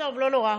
לא נורא.